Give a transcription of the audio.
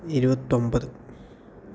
ഇരുപത്തൊമ്പത്